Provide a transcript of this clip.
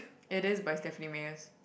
it is by Stephenie-Meyer's